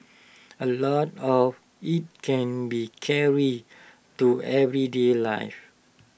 A lot of IT can be carried to everyday life